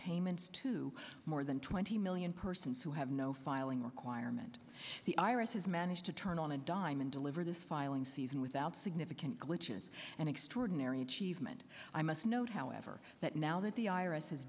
payments to more than twenty million persons who have no filing requirement the i r s has managed to turn on a dime and deliver this filing season without significant glitches and extraordinary achievement i must note however that now that the i